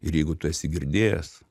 ir jeigu tu esi girdėjęs